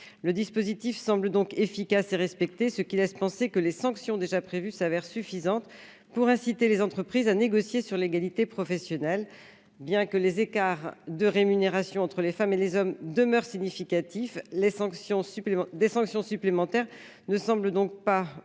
le dispositif semble donc efficace et respecté, ce qui laisse penser que les sanctions déjà prévues s'avère suffisante pour inciter les entreprises à négocier sur l'égalité professionnelle, bien que les écarts de rémunération entre les femmes et les hommes demeurent significatifs, les sanctions des sanctions supplémentaires ne semble donc pas